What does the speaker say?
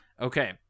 Okay